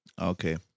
Okay